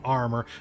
armor